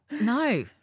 No